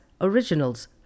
originals